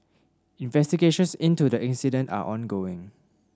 investigations into the incident are ongoing